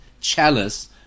chalice